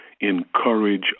encourage